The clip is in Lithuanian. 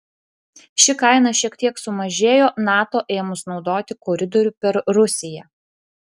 ši kaina šiek tiek sumažėjo nato ėmus naudoti koridorių per rusiją